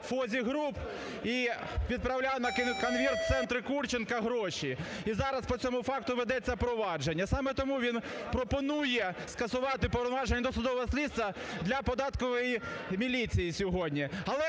Group" і відправляв на конверт-центри Курченка гроші. І зараз по цьому факту ведеться провадження. Саме тому він пропонує скасувати повноваження досудового слідства для податкової міліції сьогодні.